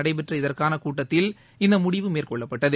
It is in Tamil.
நடைபெற்ற இதற்கான கூட்டத்தில் இந்த முடிவு மேற்கொள்ளப்பட்டது